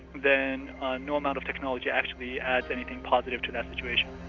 then no amount of technology actually adds anything positive to that situation.